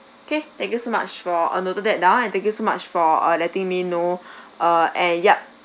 okay thank you so much for I noted that down and thank you so much for or letting me know ah and yup